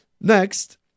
Next